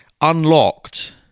unlocked